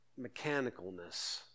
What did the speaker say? mechanicalness